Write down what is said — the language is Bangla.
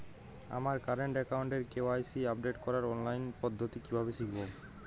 আমার কারেন্ট অ্যাকাউন্টের কে.ওয়াই.সি আপডেট করার অনলাইন পদ্ধতি কীভাবে শিখব?